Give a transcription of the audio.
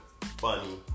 funny